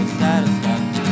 satisfied